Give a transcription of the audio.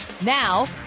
Now